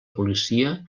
policia